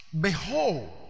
Behold